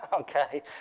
Okay